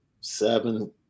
seven